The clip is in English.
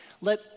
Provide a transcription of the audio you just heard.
Let